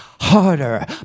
harder